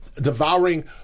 devouring